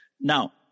Now